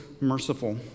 merciful